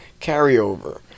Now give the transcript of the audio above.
carryover